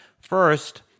First